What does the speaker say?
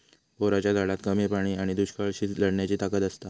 बोराच्या झाडात कमी पाणी आणि दुष्काळाशी लढण्याची ताकद असता